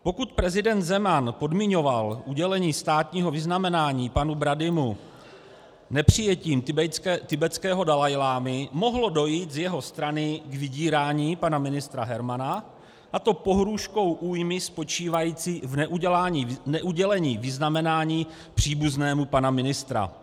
Pokud prezident Zeman podmiňoval udělení státního vyznamenání panu Bradymu nepřijetím tibetského dalajlámy, mohlo dojít z jeho strany k vydírání pana ministra Hermana, a to pohrůžkou újmy spočívající v neudělení vyznamenání příbuznému pana ministra.